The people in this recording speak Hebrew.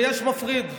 ויש מפריד,